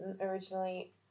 originally